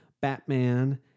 Batman